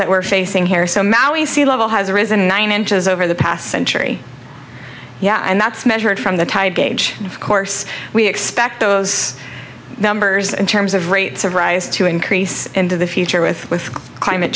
that we're facing here so maui sea level has risen nine inches over the past century yeah and that's measured from the tide gauge of course we expect those numbers in terms of rates of rise to increase into the future with with climate